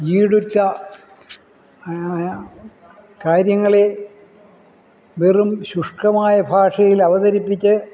ഈടുറ്റ കാര്യങ്ങളിൽ വെറും ശുഷ്കമായ ഭാഷയിൽ അവതരിപ്പിച്ച്